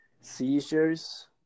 seizures